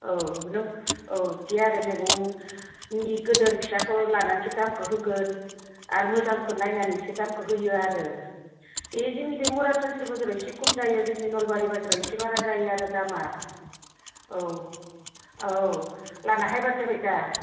औ नों औ बिदि आरो मैगंनि गिदिर फिसाखौ लानानैसो दामखौ होगोन आरो मोजांखौ नायनानैसो दामखौ होयो आरो बे जोंनि बे मरा थुनस्रि बाजाराव एसे कम जायो जोंनि नलबारि बाजाराव एसे बारा जायो आरो दामा औ औ लाना फैबानो जाबाय दा